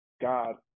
God